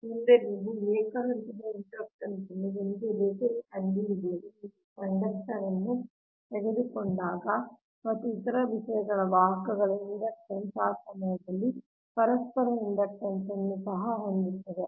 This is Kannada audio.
ಮುಂದೆ ನೀವು ಏಕ ಹಂತದ ಇಂಡಕ್ಟನ್ಸ್ ಅನ್ನು ಒಂದು ರೇಖೆಗೆ ಕಂಡುಹಿಡಿಯಲು ನಿಮ್ಮ ಕಂಡಕ್ಟರ್ ಅನ್ನು ತೆಗೆದುಕೊಂಡಾಗ ಮತ್ತು ಇತರ ವಿಷಯಗಳ ವಾಹಕಗಳ ಇಂಡಕ್ಟನ್ಸ್ ಆ ಸಮಯದಲ್ಲಿ ಪರಸ್ಪರ ಇಂಡಕ್ಟನ್ಸ್ ಅನ್ನು ಸಹ ನೋಡುತ್ತದೆ